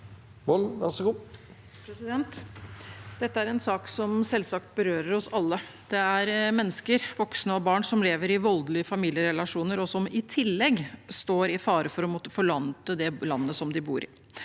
Dette er en sak som selvsagt berører oss alle. Det er mennesker, voksne og barn, som lever i voldelige familierelasjoner, og som i tillegg står i fare for å måtte forlate det landet de bor i.